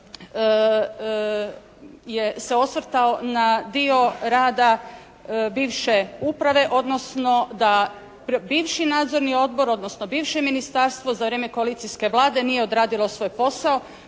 se osvrtao na dio rada bivše uprave, odnosno da bivši nadzorni odbor, odnosno bivše ministarstvo za vrijeme koalicijske Vlade nije odradilo svoj posao.